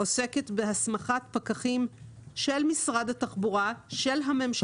עוסקת בהסמכת פקחים של משרד התחבורה, של הממשלה.